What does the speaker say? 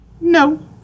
No